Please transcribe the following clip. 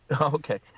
Okay